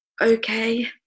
okay